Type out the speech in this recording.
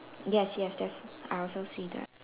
yes yes that's I also see that